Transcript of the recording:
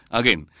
again